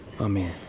Amen